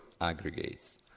aggregates